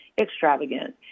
extravagant